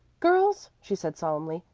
girls, she said solemnly,